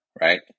right